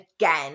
again